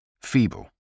Feeble